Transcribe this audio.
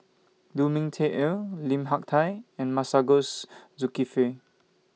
Lu Ming Teh Earl Lim Hak Tai and Masagos Zulkifli